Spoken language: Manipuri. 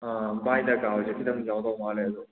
ꯑꯥ ꯕꯥꯏ ꯗꯥꯔꯀꯥꯔ ꯑꯣꯏꯕꯁꯦ ꯈꯤꯇꯪ ꯌꯥꯎꯗꯧ ꯃꯜꯂꯦ ꯑꯗꯣ